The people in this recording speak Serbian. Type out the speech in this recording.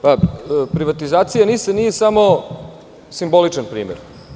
Privatizacija NIS nije samo simboličan primer.